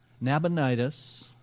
Nabonidus